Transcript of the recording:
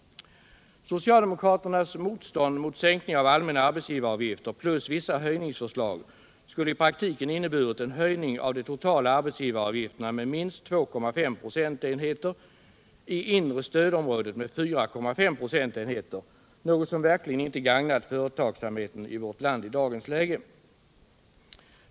avgifter plus vissa höjningsförslag skulle i praktiken ha inneburit en höjning av de totala arbetsgivaravgifterna med minst 2,5 procentenheter - i inre stödområdet med 4,5 procentenheter — något som verkligen inte skulle ha gagnat företagsamheten i vårt land i dagens läge.